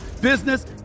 business